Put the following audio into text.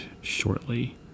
shortly